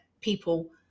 people